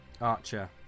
Archer